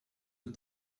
aux